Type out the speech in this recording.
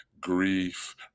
grief